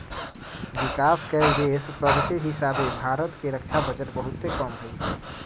विकास कएल देश सभके हीसाबे भारत के रक्षा बजट बहुते कम हइ